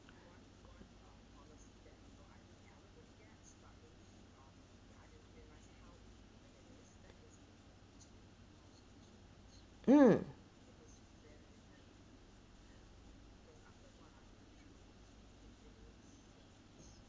um